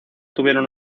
tuvieron